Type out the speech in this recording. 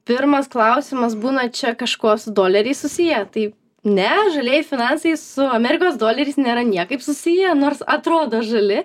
pirmas klausimas būna čia kažkuo su doleriais susiję tai ne žalieji finansai su amerikos doleriais nėra niekaip susiję nors atrodo žali